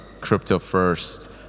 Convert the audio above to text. crypto-first